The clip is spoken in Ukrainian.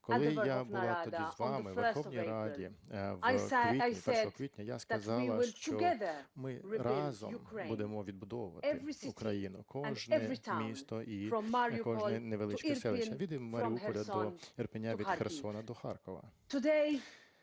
Коли я була тоді з вами у Верховній Раді в квітні, 1 квітня, я сказала, що ми разом будемо відбудовувати Україну, кожне місто і кожне невеличке селище, від Маріуполя до Ірпеня, від Херсона до Харкова.